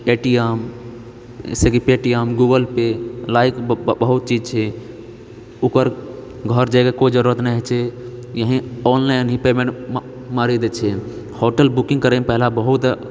पे T M जैसे कि Paytm Google Pay like बहुत चीज छै ओकर घर जाएके कोइ जरुरत नहि होइ छै यहींँ ऑनलाइन ही पेमेन्ट मारी दए छियै होटल बुकिंग करएमे पहिले तऽ बहुत